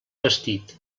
vestit